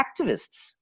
activists